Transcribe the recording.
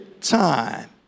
time